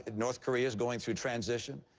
north korea is going through transition.